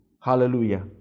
Hallelujah